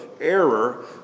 error